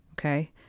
okay